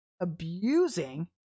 abusing